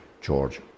George